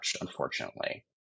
unfortunately